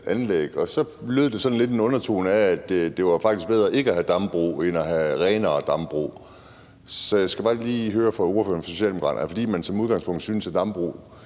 og så lød det lidt, som om der var en undertone af, at det faktisk var bedre ikke at have dambrug end at have renere dambrug. Så jeg skal bare lige høre fra ordføreren for Socialdemokraterne, om det er, fordi man som udgangspunkt synes, at det er